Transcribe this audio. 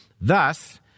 Thus